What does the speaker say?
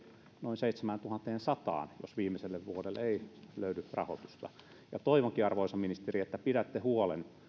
noin seitsemääntuhanteensataan jos viimeiselle vuodelle ei löydy rahoitusta toivonkin arvoisa ministeri että pidätte huolen